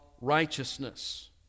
righteousness